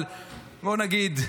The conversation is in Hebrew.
אבל בואו נגיד,